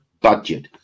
budget